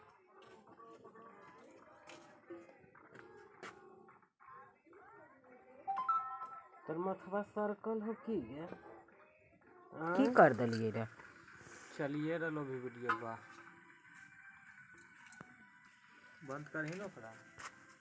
साठि साल सँ उपरक बेकती केर बीमा लेल प्रधानमंत्री बय बंदन योजना आनल गेल छै